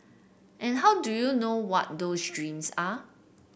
and how do you know what those dreams are